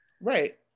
right